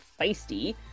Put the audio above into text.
Feisty